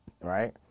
Right